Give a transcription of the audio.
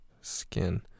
skin